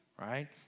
Right